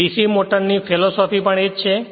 DC motor ની philosophy પણ એજ છે